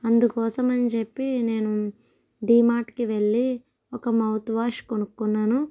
అందుకోసం అని చెప్పి నేను డిమార్ట్ కి వెళ్ళి ఒక మౌత్ వాష్ కొనుక్కున్నాను